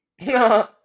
No